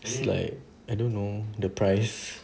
it's like I don't know the price